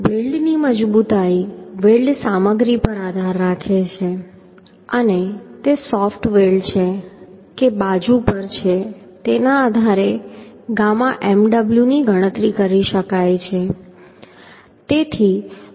વેલ્ડની મજબૂતાઈ વેલ્ડ સામગ્રી પર આધાર રાખે છે અને તે સોફ્ટ વેલ્ડ છે કે બાજુ પર છે તેના આધારે ગામા mw ની ગણતરી કરી શકાય છે